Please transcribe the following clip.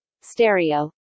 stereo